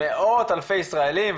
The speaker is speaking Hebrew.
למאות אלפי ישראלים,